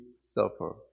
suffer